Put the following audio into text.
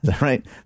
right